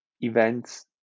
events